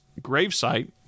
gravesite